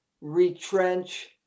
retrench